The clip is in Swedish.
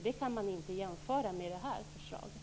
Det kan inte jämföras med det här förslaget.